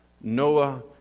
Noah